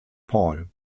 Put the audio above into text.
paul